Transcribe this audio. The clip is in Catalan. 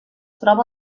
troba